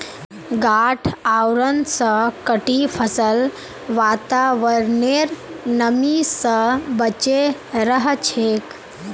गांठ आवरण स कटी फसल वातावरनेर नमी स बचे रह छेक